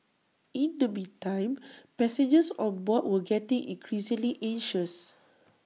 in the meantime passengers on board were getting increasingly anxious